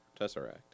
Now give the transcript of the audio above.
Tesseract